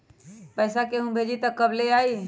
पैसा केहु भेजी त कब ले आई?